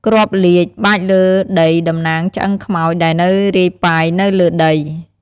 គ្រាប់លាជ បាចលើដីតំណាងឆ្អឹងខ្មោចដែលនៅរាយប៉ាយនៅលើដី។